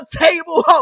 table